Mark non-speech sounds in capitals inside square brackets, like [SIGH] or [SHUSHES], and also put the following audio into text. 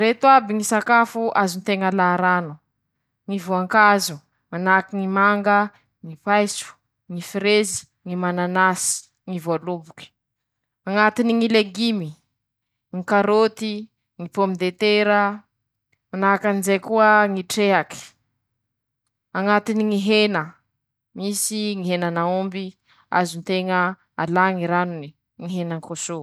Reto aby ñy sakafo bakaminy ñy legimy afaky ataon-tsika [SHUSHES] solon-tsakafo [SHUSHES] nandesiny ñy razan-tsika misy hena: -Tsaramaso amin-kena, -Misy ñy lojy amin-kena, -Ñy trehaky amin-kena, -Baranjely amin-kena, -Lojy amin-kena, -Ñy ii antsoroko amin-kena, -Ñy tsiasisa amin-kena. Reo ñy raha nandesiny [SHUSHES] ñy razan-tsika iaby.